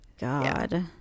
God